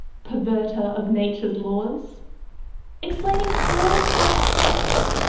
perverter of nature's laws explaining cause by effect,